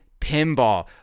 Pinball